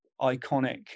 iconic